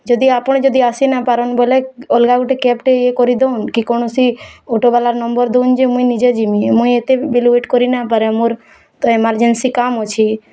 ଯଦି ଆପଣ ଯଦି ଆସିନାଇପାରୁନ୍ ବୋଲେ ଅଲଗା ଗୋଟେ କ୍ୟାବ୍ଟେ ଇଏ କରିଦଉନ୍ କି କୌଣସି ଅଟୋ ବାଲାର୍ ନମ୍ବର୍ ଦଉନ୍ ଯେ ମୁଁଇ ନିଜେ ଜିମି ମୁଇଁ ଏତେବେଲୁ ୱେଟ୍ କରିନାଇପାରେ ମୋର୍ ଏମରଜେନ୍ସି କାମ୍ ଅଛି